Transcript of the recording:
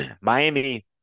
Miami